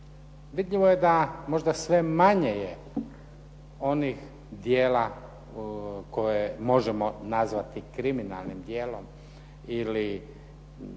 Vidljivo je da možda sve manje je onih djela koje možemo nazvati kriminalnim djelom ili